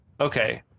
Okay